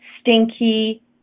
stinky